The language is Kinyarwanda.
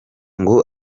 ngo